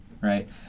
right